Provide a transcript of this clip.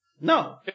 No